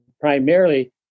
primarily